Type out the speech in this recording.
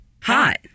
Hot